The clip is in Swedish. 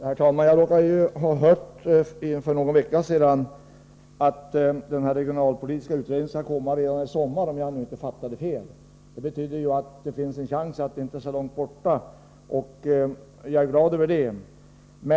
Herr talman! Jag råkar för någon vecka sedan ha hört att den regionalpolitiska utredningen skall vara färdig redan i sommar, om jag inte fattade fel. Det betyder att det finns en chans att resultatet av den inte är så långt borta, och jag är glad över det.